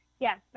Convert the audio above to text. Yes